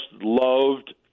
loved